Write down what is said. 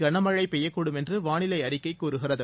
கனமழை பெய்யக்கூடும் என்று வானிலை அறிக்கை கூறுகிறது